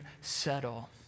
settle